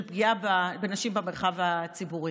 של פגיעה בנשים במרחב הציבורי.